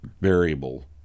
variable